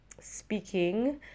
speaking